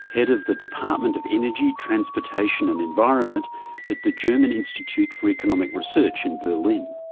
head of the department of energy, transportation and environment at the german institute for economic research in berlin.